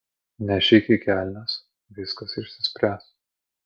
nešik į kelnes viskas išsispręs